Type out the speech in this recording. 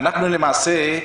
למעשה,